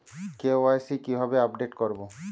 KYC কিভাবে update করব?